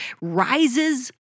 rises